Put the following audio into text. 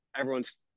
Everyone's